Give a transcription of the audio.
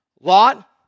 Lot